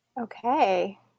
Okay